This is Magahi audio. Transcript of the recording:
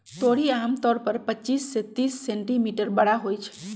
तोरी आमतौर पर पच्चीस से तीस सेंटीमीटर बड़ होई छई